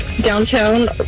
downtown